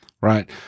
Right